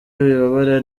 wibabara